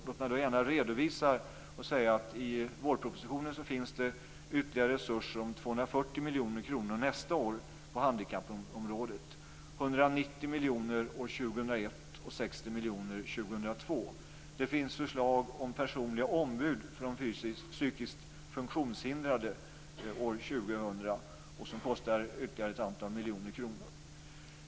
Låt mig gärna redovisa att det i vårpropositionen finns ytterligare resurser om 240 miljoner kronor nästa år på handikappområdet, 190 miljoner år 2001 och 60 miljoner 2002. Det finns förslag om personligt ombud för psykiskt funktionshindrade år 2000 som kostar ytterligare ett antal miljoner kronor.